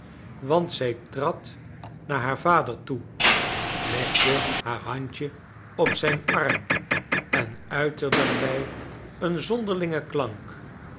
want zij trad naar haar vader toe legde haar handje op zijn arm en uitte daarbij een zonderlingen klank